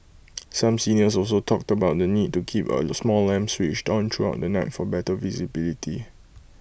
some seniors also talked about the need to keep A small lamp switched on throughout the night for better visibility